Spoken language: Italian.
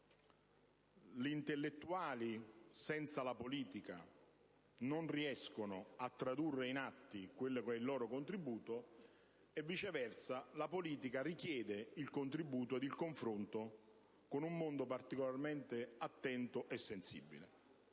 gli intellettuali senza la politica non riescono a tradurre in atti il loro contributo, viceversa la politica necessita del contributo e del confronto con un mondo particolarmente attento e sensibile